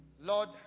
Lord